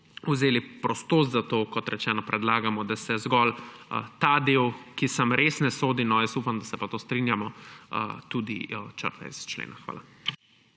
vzeli prostost. Zato, kot rečeno, predlagamo, da se zgolj ta del, ki sem res ne sodi, upam, da se pa s tem strinjamo, tudi črta iz člena. Hvala.